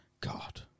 God